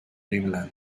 dreamland